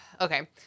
Okay